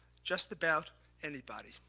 just about anybody.